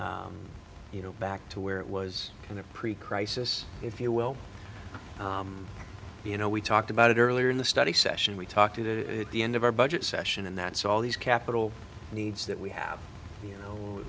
down you know back to where it was in the pre crisis if you will you know we talked about it earlier in the study session we talked to the end of our budget session and that's all these capital needs that we have you know